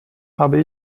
habe